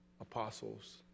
apostles